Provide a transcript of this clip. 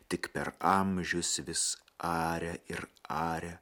tik per amžius vis aria ir aria